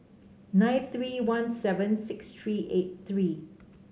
nine three one seven six three eight three